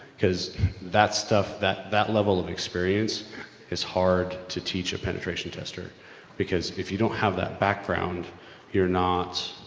cause that stuff, that, that level of experience is hard to teach a penetration tester because if you don't have that background you're not,